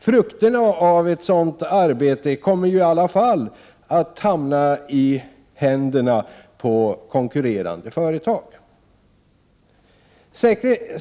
Frukten av ett sådant arbete kommer ju ändå att falla i händerna på konkurrerande företag.